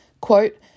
Quote